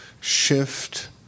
shift